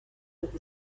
with